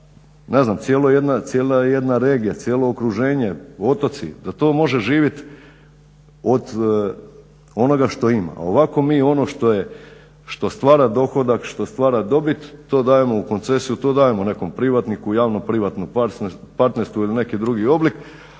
ne znam cijela jedna regija, cijelo okruženje, otoci, da to može živjeti od onoga što ima. Ovako mi ono što stvara dohodak, što stvara dobit to dajemo u koncesiju, to dajemo nekom privatniku, javno-privatnom partnerstvu ili neki drugi oblik,